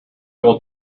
will